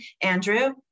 Andrew